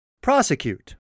prosecute